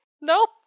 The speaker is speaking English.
Nope